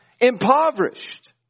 impoverished